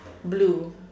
blue